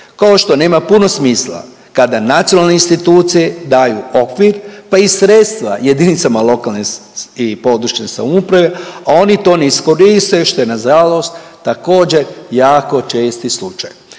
Kao što nema puno smisla kada nacionalne institucije daju okvir pa i sredstva jedinicama lokalne i područne samouprave, a oni to ne iskoriste što je nažalost također jako često slučaj.